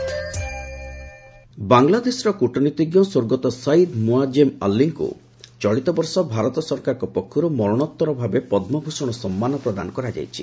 ବାଂଲାଦେଶ ପଦ୍ମ ବାଂଲାଦେଶର କୂଟନୀତିଜ୍ଞ ସ୍ୱର୍ଗତଃ ସୟିଦ ମୁୟାଜେମ୍ ଅଲ୍ଲିଙ୍କୁ ଚଳିତବର୍ଷ ଭାରତ ସରକାରଙ୍କ ପକ୍ଷରୁ ମରଣୋତ୍ତର ଭାବେ ପଦ୍ମଭୂଷଣ ପୁରସ୍କାର ପ୍ରଦାନ କରାଯାଇଛି